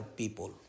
people